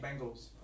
Bengals